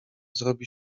zrobi